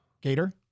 Gator